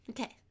Okay